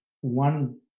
one